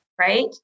Right